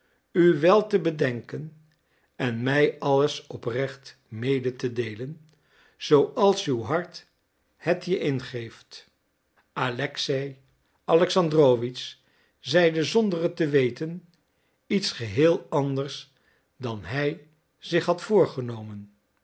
u wel te bedenken en mij alles oprecht mede te deelen zooals uw hart het je ingeeft alexei alexandrowitsch zeide zonder het te weten iets geheel anders dan hij zich had voorgenomen